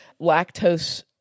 lactose